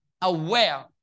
aware